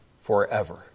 forever